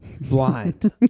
blind